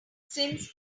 since